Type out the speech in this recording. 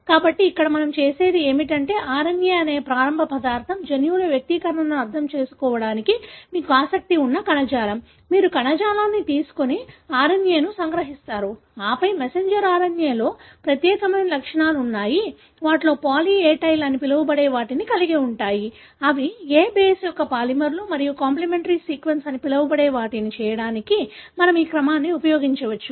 కాబట్టి ఇక్కడ మనం చేసేది ఏమిటంటే RNA అనేది ప్రారంభ పదార్థం జన్యువుల వ్యక్తీకరణలను అర్థం చేసుకోవడానికి మీకు ఆసక్తి ఉన్న కణజాలం మీరు కణజాలాన్ని తీసుకొని RNAను సంగ్రహిస్తారు ఆపై మెసెంజర్ RNAలకు ప్రత్యేకమైన లక్షణాలు ఉన్నాయి వాటిలో పాలీ ఏ టైల్ అని పిలువబడే వాటిని కలిగి ఉంటాయి అవి A బేస్ యొక్క పాలిమర్లు మరియు కాంప్లిమెంటరీ సీక్వెన్స్ అని పిలవబడే వాటిని చేయడానికి మనము ఈ క్రమాన్ని ఉపయోగించవచ్చు